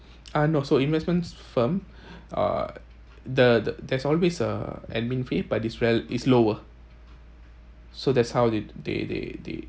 uh no so investments firm uh the there's always a admin fee but it's well is lower so that's how did they they they